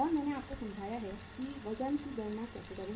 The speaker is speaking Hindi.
और मैंने आपको समझाया है कि वजन की गणना कैसे करें